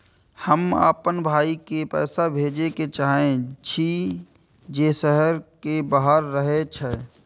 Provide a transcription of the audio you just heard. हम आपन भाई के पैसा भेजे के चाहि छी जे शहर के बाहर रहे छै